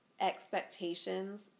expectations